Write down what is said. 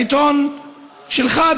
העיתון שלך,